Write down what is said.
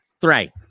Three